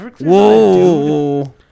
Whoa